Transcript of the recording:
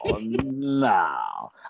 no